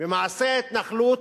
במעשה ההתנחלות,